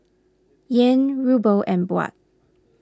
Yen Ruble and Baht